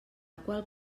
qual